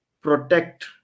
protect